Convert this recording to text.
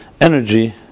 energy